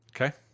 Okay